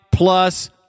plus